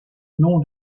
nom